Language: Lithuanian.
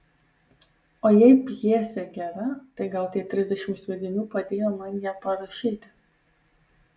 o jei pjesė gera tai gal tie trisdešimt sviedinių padėjo man ją parašyti